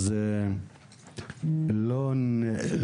אז